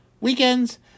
weekends